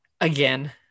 again